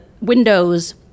windows